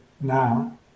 now